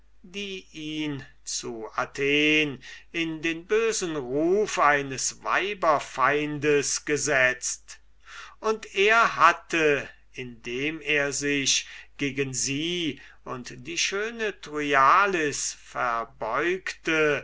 zu athen in den bösen ruf eines weiberfeindes gesetzt und er hatte indem er sich gegen sie und die schöne thryallis verbeugte